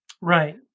Right